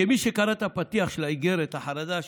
כמי שקרא את הפתיח של איגרת החרדה שהפצת,